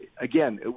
again